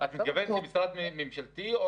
אמרת לא משרות אמון.